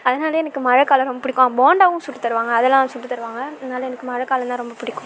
அதனாலையே எனக்கு மழை காலம் ரொம்ப பிடிக்கும் போண்டாவும் சுட்டு தருவாங்க அதெல்லாம் சுட்டு தருவாங்க அதனால் எனக்கு மழை காலம் தான் ரொம்ப பிடிக்கும்